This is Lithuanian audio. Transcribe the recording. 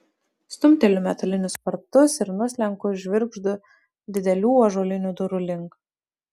stumteliu metalinius vartus ir nuslenku žvirgždu didelių ąžuolinių durų link